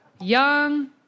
Young